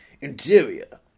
interior